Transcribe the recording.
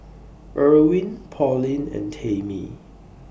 Irwin Pauline and Tamie